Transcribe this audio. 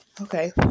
Okay